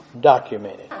documented